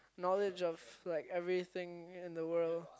knowledge of like everything in the world